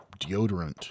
deodorant